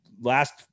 last